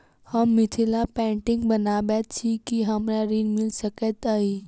हम मिथिला पेंटिग बनाबैत छी की हमरा ऋण मिल सकैत अई?